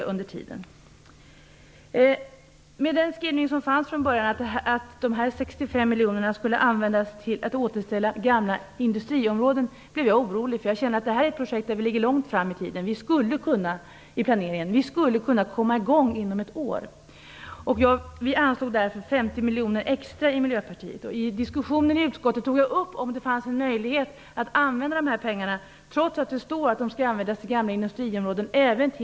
Jag blev orolig över den skrivning som från början fanns - att de 65 miljonerna skulle användas till att återställa gamla industriområden. Jag har känt att det här är ett projekt där vi ligger långt framme i planeringen. Vi skulle kunna komma i gång inom ett år. Vi i Miljöpartiet vill därför att 50 miljoner kronor extra anslås. I diskussionen i utskottet undrade jag om det var möjligt att använda de här pengarna även till miljöområden som ligger en bra bit från den plats där industrin en gång har funnits.